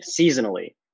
seasonally